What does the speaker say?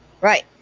Right